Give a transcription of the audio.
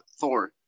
Thor